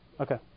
Okay